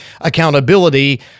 accountability